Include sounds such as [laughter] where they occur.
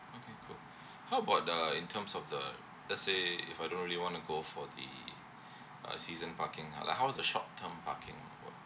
okay cool [breath] how about the in terms of the let's say if I don't really want to go for the [breath] uh season parking uh like how's the short term parking work